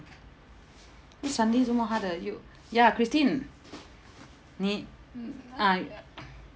why suddenly 做么他的有 ya christine 你 ah